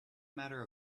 matter